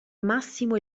massimo